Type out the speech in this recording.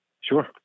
Sure